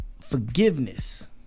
Forgiveness